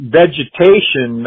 vegetation